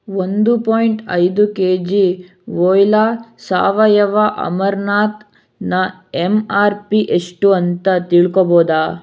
ಒಂದು ಪಾಯಿಂಟ್ ಐದು K G ವೋಯ್ಲಾ ಸಾವಯವ ಅಮರ್ನಾಥ್ನ ಎಮ್ ಆರ್ ಪಿ ಎಷ್ಟು ಅಂತ ತಿಳ್ಕೋಬೋದಾ